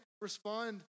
respond